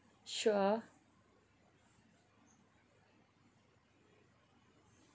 sure